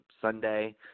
Sunday